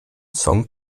song